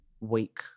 week